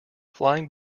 flying